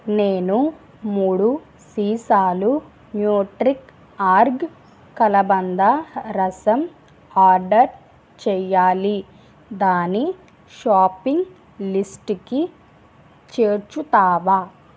నేను మూడు సీసాలు న్యూట్రిక్ ఆర్గ్ కలబంద రసం ఆర్డర్ చేయాలి దాన్ని షాపింగ్ లిస్టు కి చేర్చుతావా